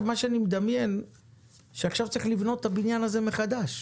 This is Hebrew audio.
מה שאני מדמיין שעכשיו צריך לבנות את הבניין הזה מחדש.